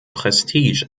prestige